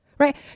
Right